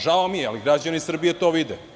Žao mi je, ali građani Srbije to vide.